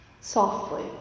softly